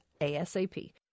ASAP